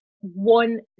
one